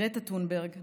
גרטה טונברג,